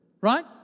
right